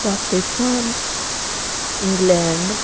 Pakistan England